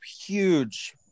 huge